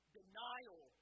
denial